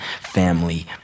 family